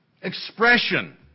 expression